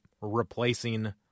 replacing